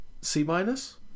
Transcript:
C-minus